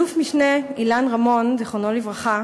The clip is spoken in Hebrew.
אלוף-משנה אילן רמון, זיכרונו לברכה,